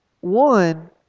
One